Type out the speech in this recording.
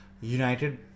United